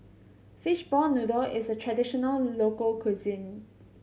fishball noodle is a traditional local cuisine